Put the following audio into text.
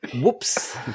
Whoops